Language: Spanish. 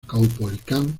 caupolicán